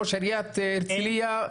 ראש עיריית הרצליה,